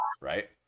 right